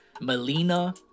Melina